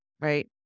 Right